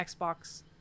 Xbox